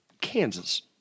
kansas